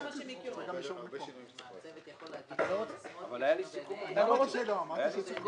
הצבעה בעד רוב